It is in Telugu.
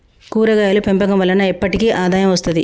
కూరగాయలు పెంపకం వలన ఎప్పటికి ఆదాయం వస్తది